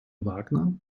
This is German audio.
wagner